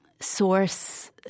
source